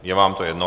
Je vám to jedno.